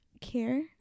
care